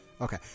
Okay